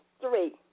three